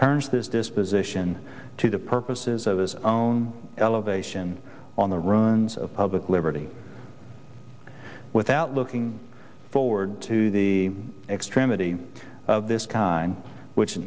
his disposition to the purposes of his own elevation on the ruins of public liberty without looking forward to the extremity of this kind which